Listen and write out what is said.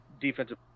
defensive